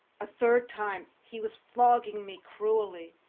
a third time he was flogging me cruelly,